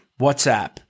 WhatsApp